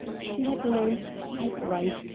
she had learned to type-write,